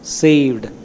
saved